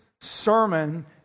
sermon